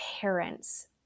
parents-